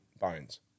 bones